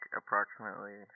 approximately